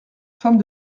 femme